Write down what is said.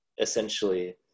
essentially